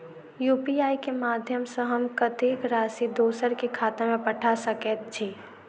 UPI केँ माध्यम सँ हम कत्तेक राशि दोसर केँ खाता मे पठा सकैत छी?